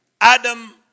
Adam